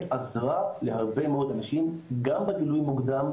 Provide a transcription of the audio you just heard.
עזרה להרבה מאוד אנשים גם בגילוי מוקדם,